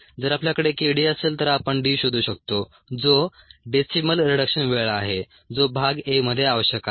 जर आपल्याकडे k d असेल तर आपण D शोधू शकतो जो डेसिमल रिडक्शन वेळ आहे जो भाग a मध्ये आवश्यक आहे